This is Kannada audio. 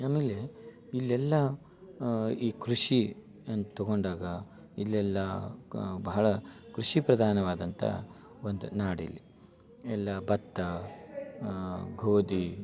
ಆಮೇಲೆ ಇಲ್ಲೆಲ್ಲ ಈ ಕೃಷಿ ಅಂತ ತಗೊಂಡಾಗ ಇಲ್ಲೆಲ್ಲ ಬಹಳ ಕೃಷಿ ಪ್ರಧಾನವಾದಂಥ ಒಂದು ನಾಡಿನಲ್ಲಿ ಎಲ್ಲ ಭತ್ತ ಗೋಧಿ